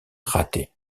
raté